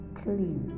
clean